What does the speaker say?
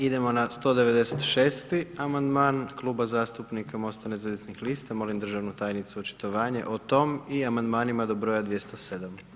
Idemo na 196. amandman, Kluba zastupnika MOST-a nezavisnih lista, molim državnu tajnicu očitovanje o tom i amandmanima do broj 207.